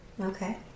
Okay